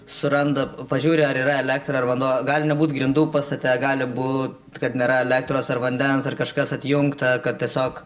suranda pažiūri ar yra elektra ar vanduo gali nebūt grindų pastate gali būt kad nėra elektros ar vandens ar kažkas atjungta kad tiesiog